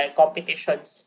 competitions